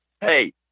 Hey